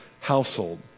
household